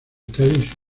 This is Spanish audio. cádiz